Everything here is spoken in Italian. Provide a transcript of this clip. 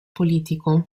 politico